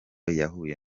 yahuye